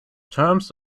terms